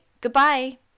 Goodbye